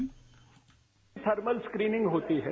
bite thermal screening होती है